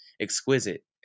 exquisite